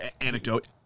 anecdote